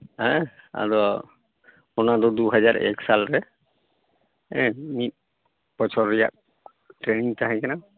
ᱦᱮᱸ ᱟᱫᱚ ᱚᱱᱟᱫᱚ ᱫᱩ ᱦᱟᱡᱟᱨ ᱮᱠ ᱥᱟᱞ ᱨᱮ ᱦᱮᱸ ᱢᱤᱫ ᱵᱚᱪᱷᱚᱨ ᱨᱮᱭᱟᱜ ᱴᱨᱮᱱᱝ ᱛᱟᱦᱮᱠᱟᱱᱟ